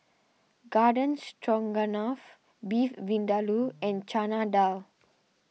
Garden Stroganoff Beef Vindaloo and Chana Dal